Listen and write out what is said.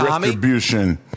Retribution